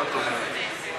אי-אפשר לרדת באמצע הנאום.